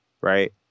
right